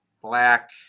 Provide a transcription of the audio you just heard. black